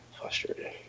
Frustrated